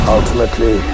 Ultimately